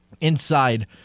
inside